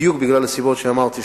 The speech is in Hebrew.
בדיוק בגלל הסיבות שאמרתי,